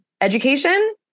education